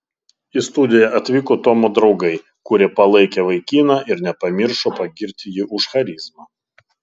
į studiją atvyko tomo draugai kurie palaikė vaikiną ir nepamiršo pagirti jį už charizmą